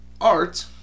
art